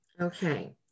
Okay